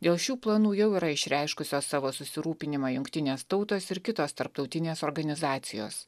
dėl šių planų jau yra išreiškusios savo susirūpinimą jungtinės tautos ir kitos tarptautinės organizacijos